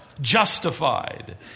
justified